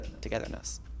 togetherness